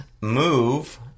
move